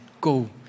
Go